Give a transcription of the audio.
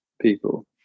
people